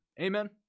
Amen